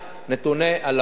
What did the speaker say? נתוני למ"ס.